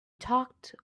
talked